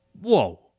whoa